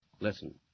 Listen